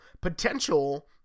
potential